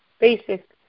basic